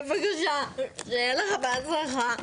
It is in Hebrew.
בבקשה, שיהיה לך בהצלחה.